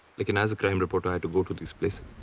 like and as a crime reporter i have to go to these places.